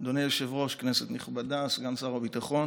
אדוני היושב-ראש, כנסת נכבדה, סגן שר הביטחון,